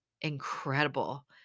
incredible